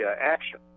action